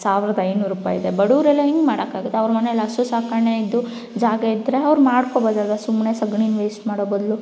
ಸಾವಿರ್ದ ಐದುನೂರು ರೂಪಾಯಿ ಇದೆ ಬಡವ್ರೆಲ್ಲ ಹೆಂಗೆ ಮಾಡೋಕಾಗುತ್ತೆ ಅವ್ರ ಮನೇಲ್ಲಿ ಹಸು ಸಾಗಣೆ ಇದ್ದು ಜಾಗ ಇದ್ರೆ ಅವರು ಮಾಡ್ಕೊಬೋದಲ್ವ ಸುಮ್ನೆ ಸೆಗ್ಣಿನ್ನ ವೇಸ್ಟ್ ಮಾಡೋ ಬದಲು